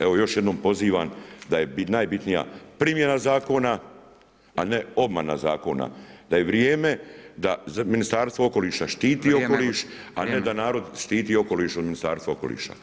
Evo još jednom pozivam da je najbitnija primjena zakona a ne obmana zakona, da je vrijeme da Ministarstvo okoliša štiti okoliš a ne da narod štiti okoliš od Ministarstva okoliša.